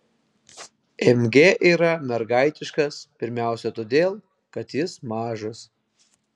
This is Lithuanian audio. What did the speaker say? mg yra mergaitiškas pirmiausia todėl kad jis mažas